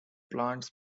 plants